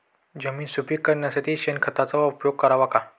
जमीन सुपीक करण्यासाठी शेणखताचा उपयोग करावा का?